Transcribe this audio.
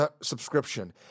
subscription